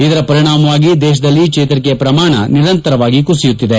ಇದರ ಪರಿಣಾಮವಾಗಿ ದೇಶದಲ್ಲಿ ಚೇತರಿಕೆ ಪ್ರಮಾಣ ನಿರಂತರವಾಗಿ ಕುಸಿಯುತ್ತಿದೆ